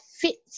fits